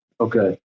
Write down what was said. Okay